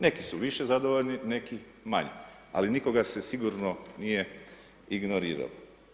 Neki su više zadovoljni, neki manje, ali nikoga se sigurno nije ignoriralo.